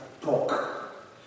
talk